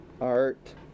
Art